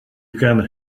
can